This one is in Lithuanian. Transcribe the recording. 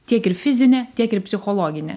tiek ir fizine tiek ir psichologine